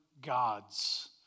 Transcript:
gods